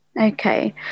Okay